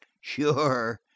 sure